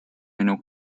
minu